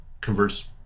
converts